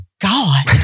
God